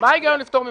הגיון לפטור ממע"מ?